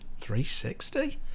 360